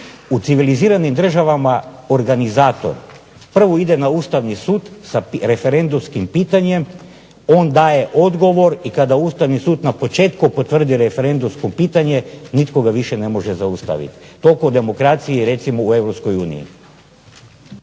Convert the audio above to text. U civiliziranim državama organizator prvo ide na Ustavni sud sa referendumskim pitanjem. On daje odgovor i kada Ustavni sud na početku potvrdi referendumsko pitanje nitko ga više ne može zaustaviti. Toliko o demokraciji recimo u